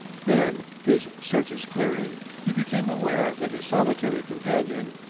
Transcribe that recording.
then, his senses clearing, he became aware that his solitary companion,